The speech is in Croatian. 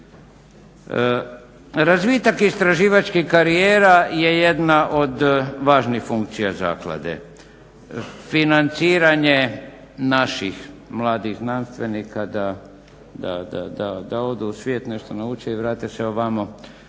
Razvitak istraživačkih karijera je jedna od važnih funkcija zaklade. Financiranje naših mladih znanstvenika da odu u svijet, nešto nauče i vrate se ovamo